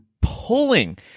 pulling